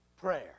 prayer